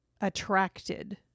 attracted